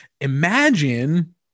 Imagine